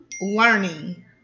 Learning